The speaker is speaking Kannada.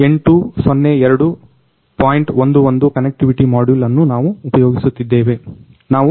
11 ಕನೆಕ್ಟಿವಿಟಿ ಮಾಡ್ಯುಲ್ ಅನ್ನು ನಾವು ಉಪಯೋಗಿಸುತ್ತಿದ್ದೇವೆ